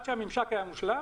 יש להם זכות?